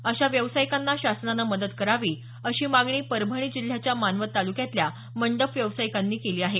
अशा व्यावसायिकांना शासनानं मदत करावी अशी मागणी परभणी जिल्ह्याच्या मानवत तालुक्यातल्या मंडप व्यावसायिकांनी केली आहे